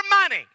money